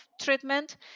treatment